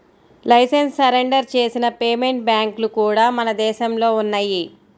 licence surrender చేసిన payment బ్యాంక్లు కూడా మన దేశంలో ఉన్నయ్యి